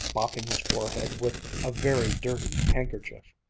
mopping his forehead with a very dirty handkerchief.